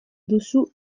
duzu